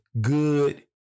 good